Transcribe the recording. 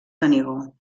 canigó